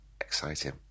exciting